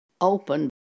open